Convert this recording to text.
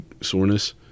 soreness